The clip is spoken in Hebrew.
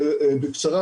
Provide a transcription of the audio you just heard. בקצרה,